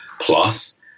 plus